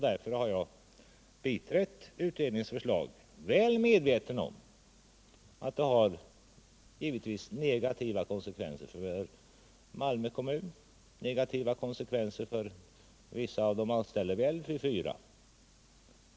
Därför har jag biträtt utredningens förslag — väl medveten om att det givetvis medför negativa konsekvenser för Malmö kommun och även vissa negativa konsekvenser för de anställda vid Lv 4.